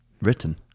written